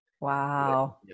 Wow